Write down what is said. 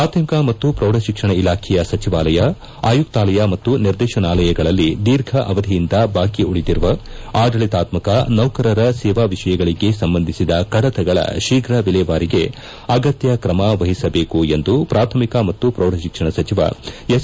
ಪಾಥಮಿಕ ಮತ್ತು ಪ್ರೌಢಶಿಕ್ಷಣ ಇಲಾಖೆಯ ಸಚಿವಾಲಯ ಆಯುಕ್ತಾಲಯ ಮತ್ತು ನಿರ್ದೇಶನಾಲಯಗಳಲ್ಲಿ ದೀರ್ಘ ಅವಧಿಯಿಂದ ಬಾಕಿ ಉಳಿದಿರುವ ಆಡಳಿತಾತ್ತಕ ನೌಕರರ ಸೇವಾ ವಿಷಯಗಳಿಗೆ ಸಂಬಂಧಿಸಿದ ಕಡತಗಳ ಶೀಘ್ರ ವಿಲೇವಾರಿಗೆ ಆಗತ್ತ್ವ ಕ್ರಮ ವಹಿಸಬೇಕೆಂದು ಪಾಥಮಿಕ ಮತ್ತು ಪ್ರೌಢಟಿಕ್ಷಣ ಸಚಿವ ಎಸ್